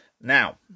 Now